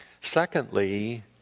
Secondly